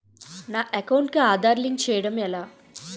నా అకౌంట్ కు Aadhaar card link చేయడం ఎలా?